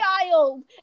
child